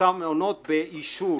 באותן עונות באישור